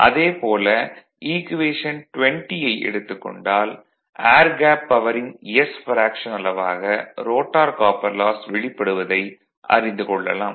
அதே போல ஈக்குவேஷன் 20 ஐ எடுத்துக் கொண்டால் ஏர் கேப் பவரின் s ப்ரேக்ஷன் அளவாக ரோட்டார் காப்பர் லாஸ் வெளிப்படுவதை அறிந்து கொள்ளலாம்